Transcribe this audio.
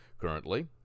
Currently